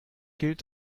gilt